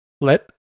let